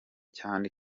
cyane